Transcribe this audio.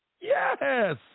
Yes